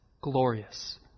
glorious